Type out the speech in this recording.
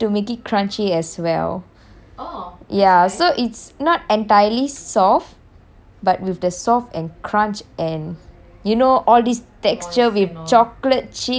ya so it's not entirely soft but with the soft and crunch and you know all this texture with chocolate chip oh my god damn swee